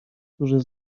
którzy